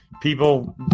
people